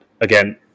again